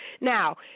Now